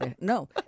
No